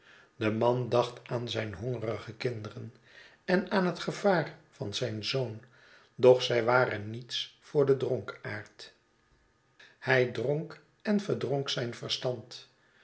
de man dacht aan zijn hongerige kinderen en aan het gevaar van zijn zoon doch zij waren niets voor den dronkaard hij dronk en verdronk zijn verstand